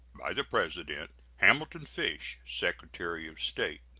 by the president hamilton fish, secretary of state.